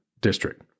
district